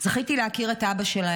זכיתי להכיר את אבא שלהם,